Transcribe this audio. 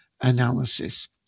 analysis